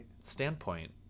standpoint